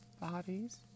bodies